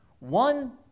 one